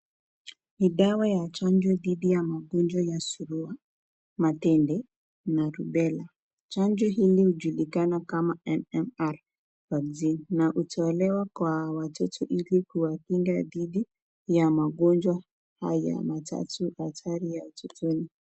Ni dawa ya chanjo dhidi ya magonjwa ya surua, matende na rubela. Chanjo hili hujulikana kama MMR vaccine na hutolewa kwa watoto ili kuwakinga dhidi ya magonjwa haya matatu hatari ya utotoni.